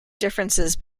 differences